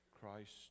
Christ